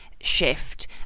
shift